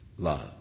love